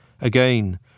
Again